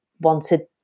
wanted